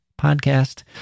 podcast